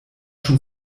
schon